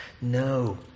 No